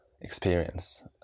experience